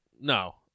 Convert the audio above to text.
No